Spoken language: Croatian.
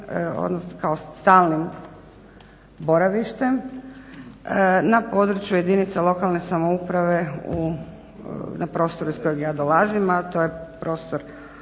kao stalnim boravištem na području jedinca lokalne samouprave na prostoru iz kojeg ja dolazim a to je prostor